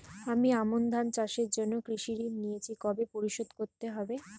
আমি আমন ধান চাষের জন্য কৃষি ঋণ নিয়েছি কবে পরিশোধ করতে হবে?